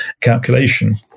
calculation